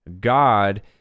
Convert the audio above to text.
God